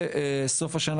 ובסוף השנה,